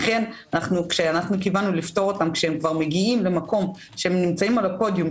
לכן כשקיבלנו לפטור אותם כשהם כבר מגיעים למקום שנמצאים על הפודיום,